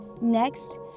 Next